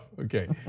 Okay